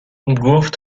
گفت